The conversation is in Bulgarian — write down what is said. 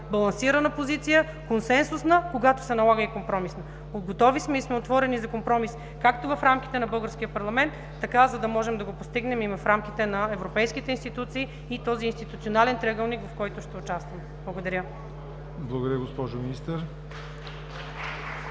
балансирана позиция, консенсусна, когато се налага и компромисна. Готови сме и сме отворени за компромис, както в рамките на българския парламент, така, за да можем да го постигнем и в рамките на европейските институции и този институционален триъгълник, в който ще участваме. Благодаря. ПРЕДСЕДАТЕЛ ЯВОР